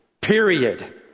period